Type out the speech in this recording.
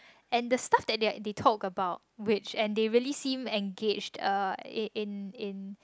and the stuff that they are they talk about which and they really seem engage uh in in